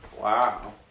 Wow